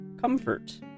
comfort